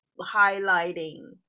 highlighting